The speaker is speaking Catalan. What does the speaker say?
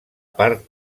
part